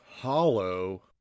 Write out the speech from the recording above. Hollow